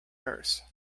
nurse